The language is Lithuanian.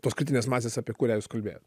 tos kritinės masės apie kurią jūs kalbėjot